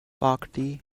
bacardi